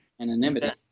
anonymity